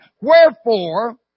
Wherefore